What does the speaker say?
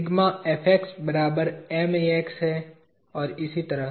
जो कि है और इसी तरह